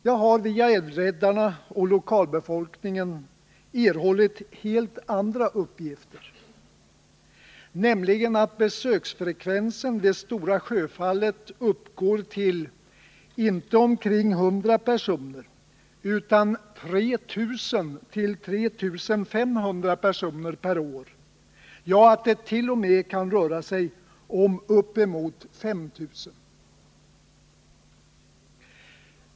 Jag har via Älvräddarna och lokalbefolkningen erhållit helt andra uppgifter, nämligen att besöksfrekvensen vid Stora Sjöfallet inte uppgår till omkring 100 personer utan till 3 000 å 3 500 personer per år, ja, att dett.o.m. kan röra sig om uppemot 5 000.